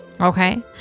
Okay